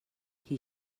qui